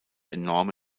enorme